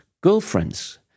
girlfriends